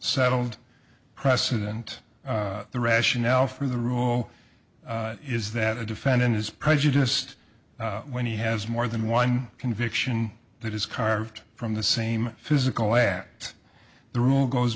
settled precedent the rationale for the rule is that a defendant is prejudiced when he has more than one conviction that is carved from the same physical act the rule goes